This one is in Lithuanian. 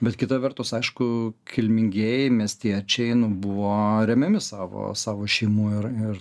bet kita vertus aišku kilmingieji miestiečiai buvo remiami savo savo šeimų ir ir